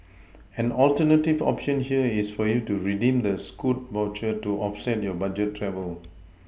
an alternative option here is for you to redeem the Scoot voucher to offset your budget travel